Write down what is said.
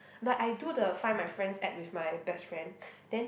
but I do the Find My Friends app with my best friend then